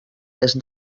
est